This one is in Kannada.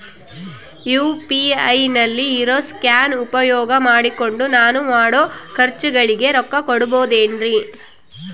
ಯು.ಪಿ.ಐ ನಲ್ಲಿ ಇರೋ ಸ್ಕ್ಯಾನ್ ಉಪಯೋಗ ಮಾಡಿಕೊಂಡು ನಾನು ಮಾಡೋ ಖರ್ಚುಗಳಿಗೆ ರೊಕ್ಕ ನೇಡಬಹುದೇನ್ರಿ?